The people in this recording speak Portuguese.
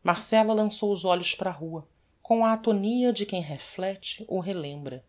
marcella lançou os olhos para a rua com a atonia de quem reflecte ou relembra